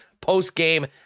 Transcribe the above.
post-game